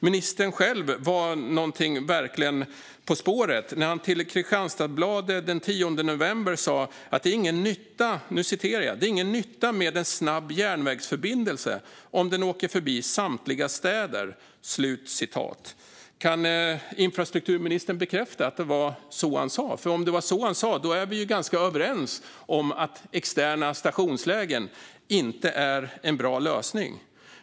Ministern var verkligen något på spåren när han till Kristianstadsbladet den 10 november sa: "Det är ingen nytta om en snabb järnväg åker förbi samtliga städer." Kan infrastrukturministern bekräfta att det var så han sa? För om det var så han sa är vi ganska överens om att externa stationslägen inte är en bra lösning.